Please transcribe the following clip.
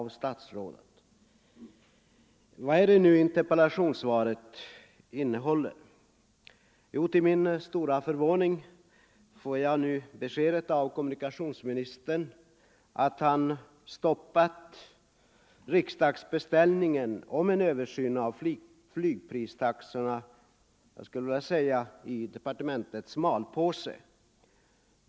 Vad är det då interpellationssvaret innehåller? Till min stora förvåning får jag nu av kommunikationsministern beskedet att han stoppat riksdagsbeställningen om en översyn av flygpristaxorna i departementets malpåse.